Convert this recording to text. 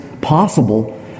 possible